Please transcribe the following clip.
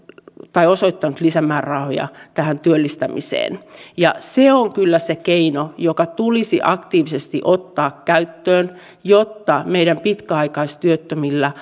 osoittanut lisämäärärahoja tähän työllistämiseen se on kyllä se keino joka tulisi aktiivisesti ottaa käyttöön jotta meidän pitkäaikaistyöttömillä